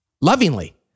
Lovingly